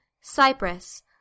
Cyprus